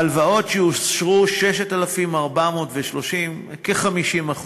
2. ההלוואות שאושרו, 6,430, כ-50%.